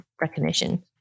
recognition